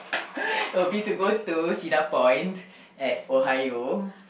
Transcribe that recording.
would be to go to Cedar-Point at Ohio